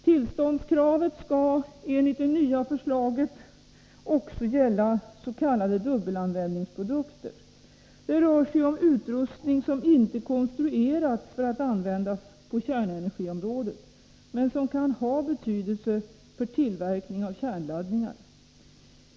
Tillståndskravet skall, enligt det nya förslaget, också gälla s.k. dubbelanvändningsprodukter. Det rör sig om utrustning som inte konstruerats för att användas på kärnenergiområdet men som kan ha betydelse för tillverkning av kärnladdningar.